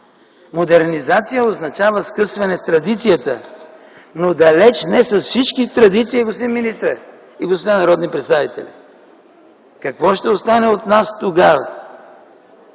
„Модернизация” означава скъсване с традицията, но далеч не с всички традиции, господин министре и господа народни представители. Какво ще остане от нас тогава?!